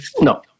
No